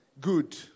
Good